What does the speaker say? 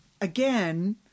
again